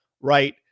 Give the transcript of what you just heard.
right